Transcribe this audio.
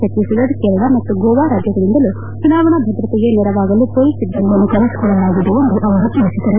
ಭತ್ತಿಸ್ಫಡ ಕೇರಳ ಮತ್ತು ಗೋವಾ ರಾಜ್ಯಗಳಿಂದಲೂ ಚುನಾವಣಾ ಭದ್ರತೆಗೆ ನೆರವಾಗಲು ಪೊಲೀಸ್ ಸಿಬ್ಬಂದಿಯನ್ನು ಕರೆಸಿಕೊಳ್ಳಲಾಗಿದೆ ಎಂದು ಅವರು ತಿಳಿಸಿದರು